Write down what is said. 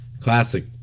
classic